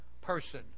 person